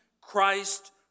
Christ